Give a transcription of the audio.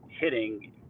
hitting